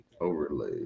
overlay